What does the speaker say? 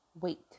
wait